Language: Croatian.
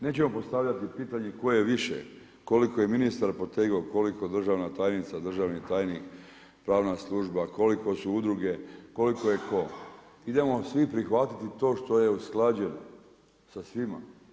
Nećemo postavljati pitanje tko je više, koliko je ministar, koliko državna tajnica, državni tajnik, pravna služba, koliko su udruge, koliko je tko, idemo svi prihvatiti to što je usklađeno sa svima.